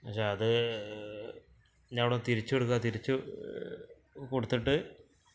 പക്ഷെ അത് ഞാനവിടെ തിരിച്ചു തിരിച്ച് കൊടുത്തിട്ട്